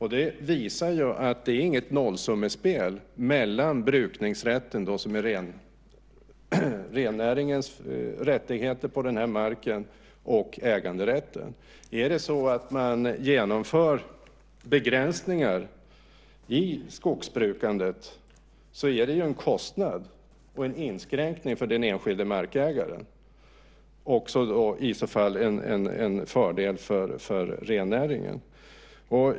Här framgår att det inte är något nollsummespel mellan brukningsrätten, som är rennäringens rättigheter avseende den här marken, och äganderätten. Om begränsningar genomförs i skogsbrukandet blir det en kostnad och en inskränkning för den enskilde markägaren och i så fall en fördel för rennäringen.